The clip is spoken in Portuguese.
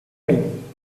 mim